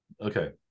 Okay